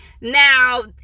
Now